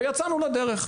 ויצאנו לדרך.